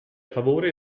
favore